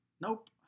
Nope